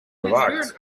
bewaakt